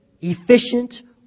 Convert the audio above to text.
efficient